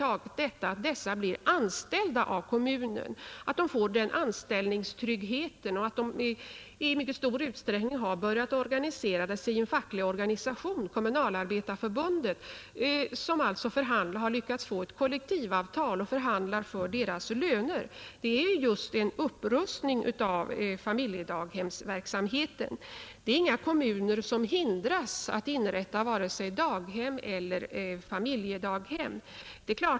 Att dagbarnvårdarna blir anställda av kommunen, alltså får anställningstrygghet, och att de i mycket stor utsträckning har börjat organisera sig i en facklig organisation, Kommunalarbetareförbundet, som har lyckats få till stånd ett kollektivavtal och som förhandlar om deras löner, innebär ju just en upprustning av familjedaghemmens verksamhet. Det är inga kommuner som hindras att inrätta vare sig daghem eller familjedaghem.